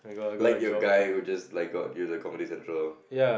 like your guy who just like got use community center